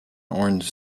orange